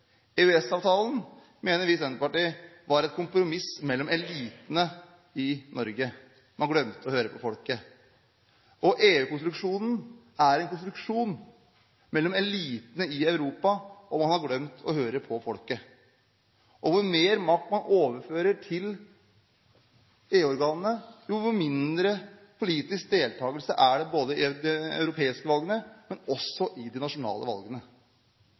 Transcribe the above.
Senterpartiet mener at EØS-avtalen var et kompromiss mellom elitene i Norge. Man glemte å høre på folket. EU-konstruksjonen er en konstruksjon mellom elitene i Europa. Man har glemt å høre på folket. Jo mer makt man overfører til EU-organene, jo mindre politisk deltakelse er det i de europeiske valgene, men også i de nasjonale valgene.